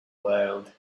world